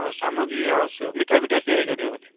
ହଁ ସାମଗ୍ରୀ ଆଉ ସେ ମିଠା ଫିଠା ତିଆରି କରିବେ ବୋଧେ